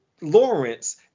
Lawrence